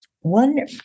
one